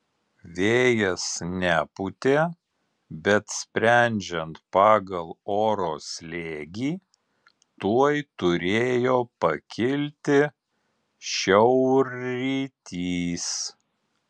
vėjas nepūtė bet sprendžiant pagal oro slėgį tuoj turėjo pakilti šiaurrytys